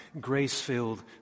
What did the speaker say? grace-filled